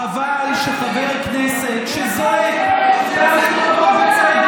חבל שחבר הכנסת שזועק פעמים רבות,